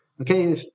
okay